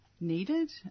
needed